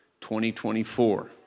2024